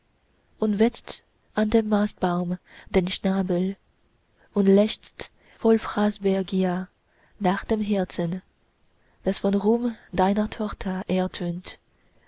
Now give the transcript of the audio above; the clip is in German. und wetzt an dem mastbaum den schnabel und lechzt voll fraßbegier nach dem herzen das vom ruhm deiner tochter ertönt